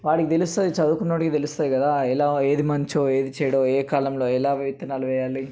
వాడికి తెలుస్తుంది చదువుకున్నవాడికి తెలుస్తుంది కదా ఎలా ఏది మంచో ఏది చెడో ఏ కాలంలో ఎలా విత్తనాలు వేయాలి